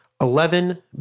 Eleven